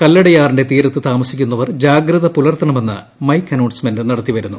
കല്ലടയാറിന്റെ തീരത്ത് താമസിക്കുന്നവർ ജാഗ്രത പുലർത്തണമെന്ന് മൈക്ക് അനൌൺസ് മെന്റ് നടത്തിവരുന്നു